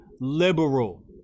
liberal